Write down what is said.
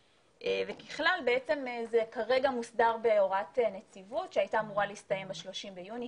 ככלל זה כרגע מוסדר בהוראת נציבות שהייתה אמורה להסתיים ב-30 ביוני,